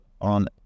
on